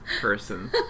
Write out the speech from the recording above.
person